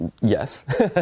yes